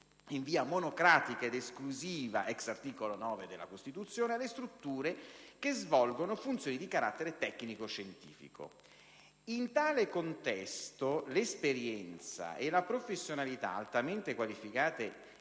in via monocratica ed esclusiva, *ex* articolo 9 della Costituzione, alle strutture che svolgono funzioni di carattere tecnico-scientifico. In tale contesto, l'esperienza e la professionalità altamente qualificate